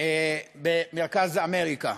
במרכז אמריקה.